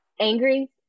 angry